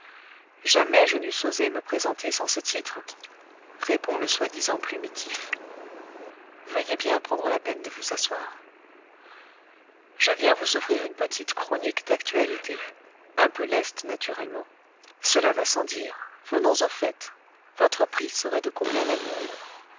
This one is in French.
jamais je n'eusse osé me présenter sans ce titre répond le soi-disant plumitif veuillez bien prendre la peine de vous asseoir je viens vous offrir une petite chronique d'actualité un peu leste naturellement cela va sans dire venons au fait votre prix serait de combien la ligne